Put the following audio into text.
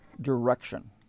direction